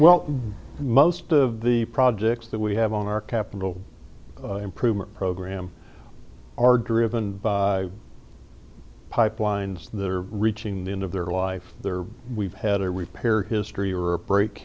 well most of the projects that we have on our capital improvement program are driven by pipelines that are reaching the end of their life we've had a repair history or a break